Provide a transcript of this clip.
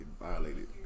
violated